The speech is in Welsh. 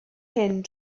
hyn